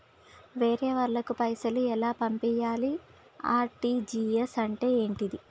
వేరే వాళ్ళకు పైసలు ఎలా పంపియ్యాలి? ఆర్.టి.జి.ఎస్ అంటే ఏంటిది?